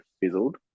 fizzled